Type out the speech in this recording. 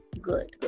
Good